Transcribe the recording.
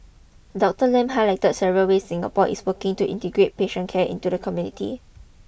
Doctor Lam highlighted several ways Singapore is working to integrate patient care into the community